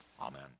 Amen